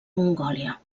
mongòlia